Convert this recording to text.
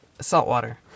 saltwater